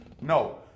no